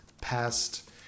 past